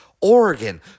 Oregon